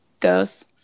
goes